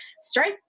start